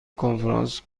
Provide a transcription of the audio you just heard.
کنفرانس